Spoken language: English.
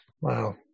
Wow